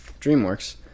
dreamworks